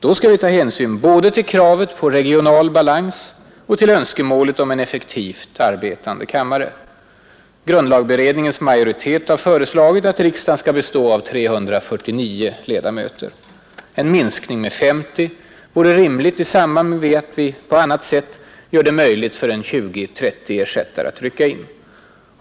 Då skall vi ta hänsyn både till kravet på regional balans och till önskemålet om en effektivt arbetande kammare. Grundlagberedningens majoritet har föreslagit att riksdagen skall bestå av 349 ledamöter. En minskning med 50 vore rimlig i samband med att vi på annat sätt gör det möjligt för 20—30 ersättare att rycka in.